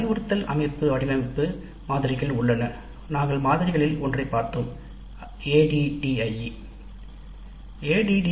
பல அறிவுறுத்தல் அமைப்பு வடிவமைப்பு மாதிரிகள் உள்ளன நாங்கள் மாதிரிகளில் ஒன்றைப் பார்த்தோம் ADDIE